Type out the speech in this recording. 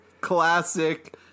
Classic